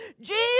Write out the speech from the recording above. Jesus